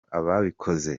ababikoze